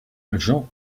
jean